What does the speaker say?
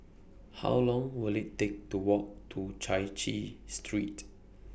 How Long Will IT Take to Walk to Chai Chee Street